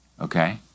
Okay